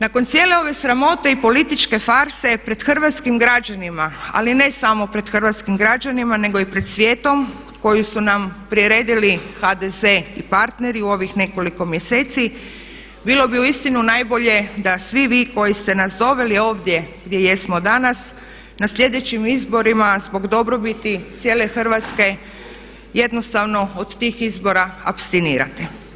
Nakon cijele ove sramote i političke farse pred hrvatskim građanima ali ne samo pred hrvatskim građanima nego i pred svijetom koji su nam priredili HDZ i parteri u ovih nekoliko mjeseci bilo bi uistinu najbolje da svi vi koji ste nas doveli ovdje gdje jesmo danas na sljedećim izborima zbog dobrobiti cijele Hrvatske jednostavno od tih izbora apstinirate.